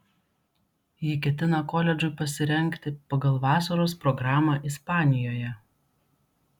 ji ketina koledžui pasirengti pagal vasaros programą ispanijoje